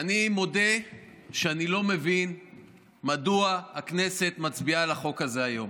אני מודה שאני לא מבין מדוע הכנסת מצביעה על החוק הזה היום.